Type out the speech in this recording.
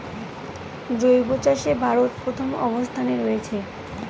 জৈব চাষে ভারত প্রথম অবস্থানে রয়েছে